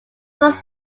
first